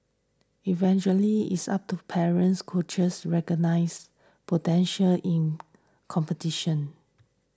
eventually it's up to parents coaches recognise potential in competition